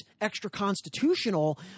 extra-constitutional